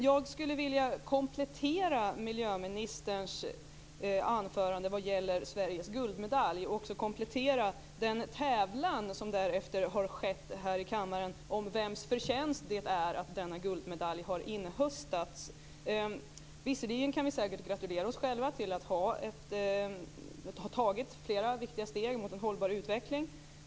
Jag skulle vilja komplettera det som miljöministern sade om Sveriges guldmedalj och kommentera den tävling som man har haft här i kammaren om vems förtjänst det är att denna guldmedalj har inhöstats. Visserligen kan vi säkert gratulera oss själva till att vi har tagit flera viktiga steg mot en hållbar utveckling.